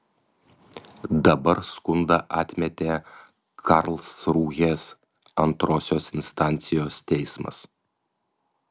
dabar skundą atmetė karlsrūhės antrosios instancijos teismas